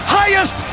highest